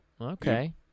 Okay